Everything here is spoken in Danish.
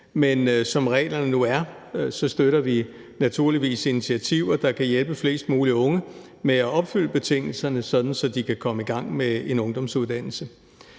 men som reglerne nu er, støtter vi naturligvis initiativer, der kan hjælpe flest mulige unge med at opfylde betingelserne, sådan at de kan komme i gang med en ungdomsuddannelse.